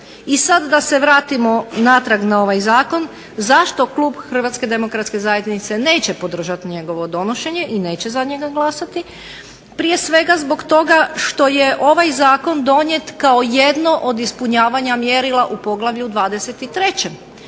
I sada da se vratimo natrag na ovaj zakon, zašto klub HDZ-a neće podržati njegovo donošenje i neće za njega glasati, prije svega zbog toga što je ovaj zakon donijet kao jedno od ispunjavanja mjerila u poglavlju 23.